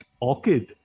Orchid